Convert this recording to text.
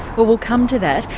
well we'll come to that,